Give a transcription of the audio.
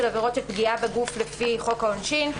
עבירות של פגיעה בגוף לפי חוק העונשין,